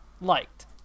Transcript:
liked